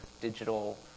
digital